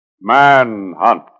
Manhunt